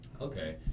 Okay